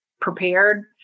prepared